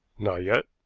not yet,